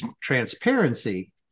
transparency